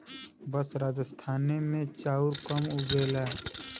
बस राजस्थाने मे चाउर कम उगेला